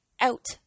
out